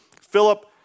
Philip